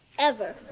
ever!